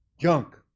Junk